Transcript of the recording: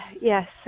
yes